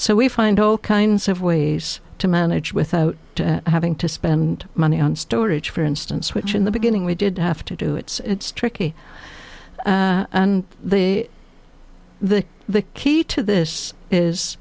so we find all kinds of ways to manage without having to spend money on storage for instance which in the beginning we did have to do it's tricky and the the key to this is